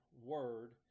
word